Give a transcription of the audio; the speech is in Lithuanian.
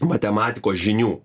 matematikos žinių